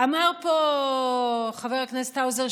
אמר פה חבר הכנסת האוזר,